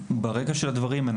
ברקע של הדברים,